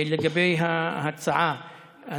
לגבי ההצעה,